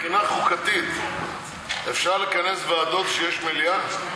מבחינה חוקתית אפשר לכנס ועדות כשיש מליאה?